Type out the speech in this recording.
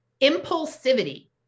impulsivity